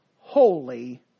Holy